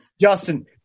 Justin